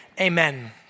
amen